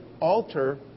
alter